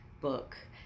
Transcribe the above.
book